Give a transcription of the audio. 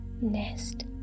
nest